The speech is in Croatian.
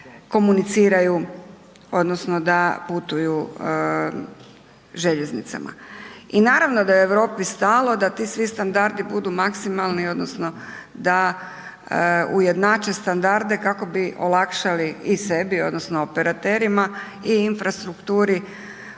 da komuniciraju odnosno da putuju željeznicama. I naravno da je Europi stalo da ti svi standardi budu maksimalni odnosno da ujednače standarde kako bi olakšali i sebi odnosno operaterima i infrastrukturi